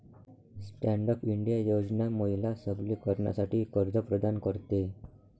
stand up India योजना महिला सबलीकरणासाठी कर्ज प्रदान करते